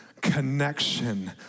connection